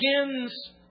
begins